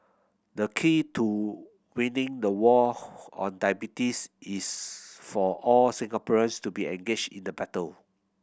the key to winning the war on diabetes is for all Singaporeans to be engaged in the battle